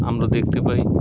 আমরা দেখতে পাই